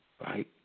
right